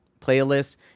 playlists